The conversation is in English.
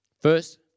First